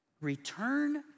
return